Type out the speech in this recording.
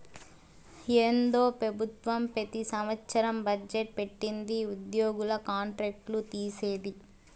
ఏందో పెబుత్వం పెతి సంవత్సరం బజ్జెట్ పెట్టిది ఉద్యోగుల కాంట్రాక్ట్ లు తీసేది